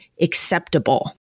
acceptable